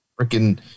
freaking